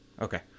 Okay